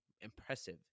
impressive